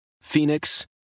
Phoenix